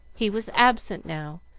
he was absent now,